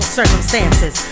circumstances